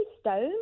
stone